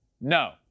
No